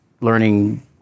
learning